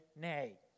nay